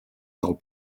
del